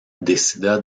décida